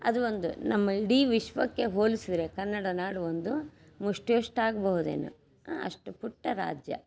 ಅದು ಒಂದು ನಮ್ಮ ಇಡೀ ವಿಶ್ವಕ್ಕೆ ಹೋಲ್ಸಿದ್ರೆ ಕನ್ನಡ ನಾಡು ಒಂದು ಮುಷ್ಟಿಯಷ್ಟಾಗಬಹುದೇನೋ ಅಷ್ಟು ಪುಟ್ಟ ರಾಜ್ಯ